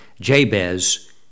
Jabez